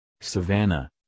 Savannah